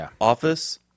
Office